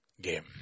game